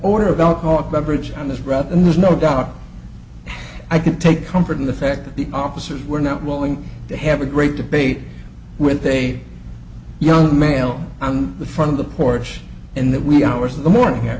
order of alcoholic beverage on this route and there's no doubt i can take comfort in the fact that the officers were not willing to have a great debate with a young male on the front of the porch in that wee hours of the morning